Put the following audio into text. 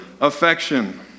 affection